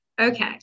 Okay